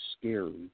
scary